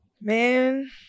Man